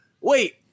wait